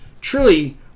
truly